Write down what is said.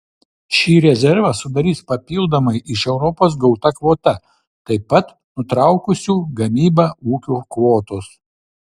šį rezervą sudarys papildomai iš europos gauta kvota taip pat nutraukusių gamybą ūkių kvotos